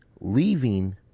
leaving